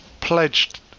pledged